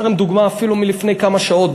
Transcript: אני אתן לכם דוגמה אפילו מלפני כמה שעות.